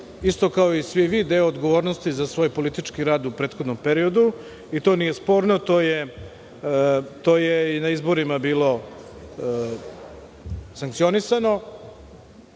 isto kao i svi vi, deo odgovornosti za svoj politički rad u prethodnom periodu i to nije sporno. To je i na izborima bilo sankcionisano.